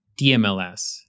DMLS